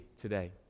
today